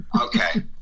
Okay